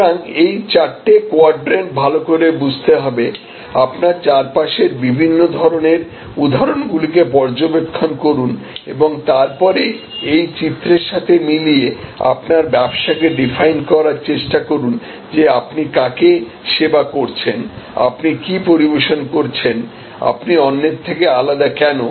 সুতরাং এই চারটি কোয়াড্রেন্ট ভালো করে বুঝতে হবে আপনার চারপাশের বিভিন্ন ধরণের উদাহরণগুলিকে পর্যবেক্ষণ করুন এবং তারপরে এই চিত্রের সাথে মিলিয়ে আপনার ব্যবসাকে ডিফাইন করার চেষ্টা করুন যে আপনি কাকে সেবা করছেন আপনি কী পরিবেশন করছেন আপনি অন্যের থেকে আলাদা কেন